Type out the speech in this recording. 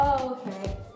okay